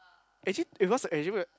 actually eh what's the